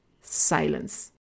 silence